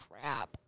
crap